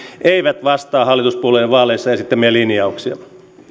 eivät vastaa hallituspuolueiden vaaleissa esittämiä linjauksia